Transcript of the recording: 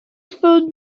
phone